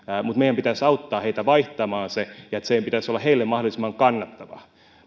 mutta meidän pitäisi auttaa heitä vaihtamaan se ja sen pitäisi olla heille mahdollisimman kannattavaa